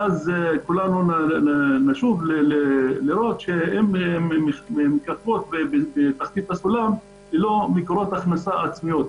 ואז כולנו נשוב לראות שנמצאות בתחתית הסולם ללא מקורות הכנסה עצמאיות.